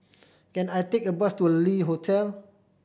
can I take a bus to Le Hotel